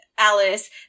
Alice